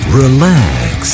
relax